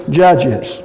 judges